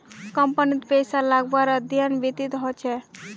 कम्पनीत पैसा लगव्वार अध्ययन वित्तत ह छेक